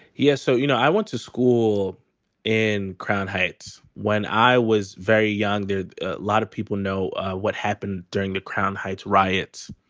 yes. so, you know, i went to school in crown heights when i was very young. a ah lot of people know what happened during the crown heights riots.